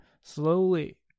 slowly